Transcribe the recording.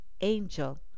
angel